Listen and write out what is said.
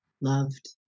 loved